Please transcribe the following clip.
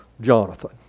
Jonathan